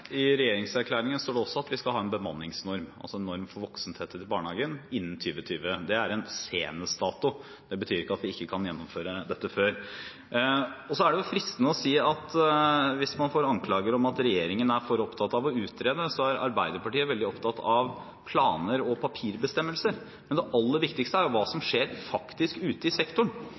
I regjeringserklæringen står det også at vi skal ha en bemanningsnorm – altså en norm for voksentetthet i barnehagen – innen 2020. Det er en senest dato. Det betyr ikke at vi ikke kan gjennomføre dette før. Så er det fristende, hvis regjeringen blir anklaget for å være for opptatt av å utrede, å si at Arbeiderpartiet er veldig opptatt av planer og papirbestemmelser. Men det aller viktigste er jo hva